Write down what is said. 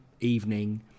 evening